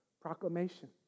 proclamation